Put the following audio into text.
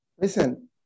Listen